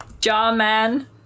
Jarman